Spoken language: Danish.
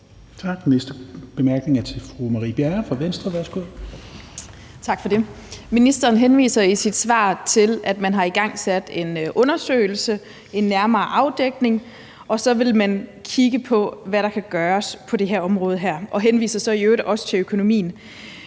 korte bemærkning er fra fru Marie Bjerre fra Venstre. Værsgo. Kl. 17:23 Marie Bjerre (V): Tak for det. Ministeren henviser i sit svar til, at man har igangsat en undersøgelse, en nærmere afdækning, og så vil man kigge på, hvad der kan gøres på det her område, og hun henviser så i øvrigt også til økonomien.